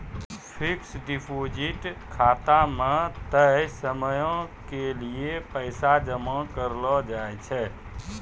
fixed deposit खाता मे तय समयो के लेली पैसा जमा करलो जाय छै